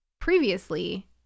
previously